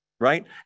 Right